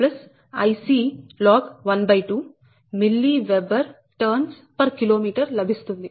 4605Ia log16Ib log14Ic log12mWb Tkm లభిస్తుంది